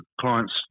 clients